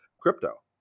crypto